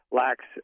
lacks